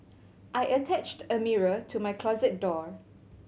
I attached a mirror to my closet door